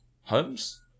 Holmes